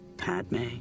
Padme